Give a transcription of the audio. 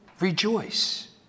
Rejoice